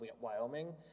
Wyoming